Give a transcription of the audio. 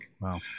wow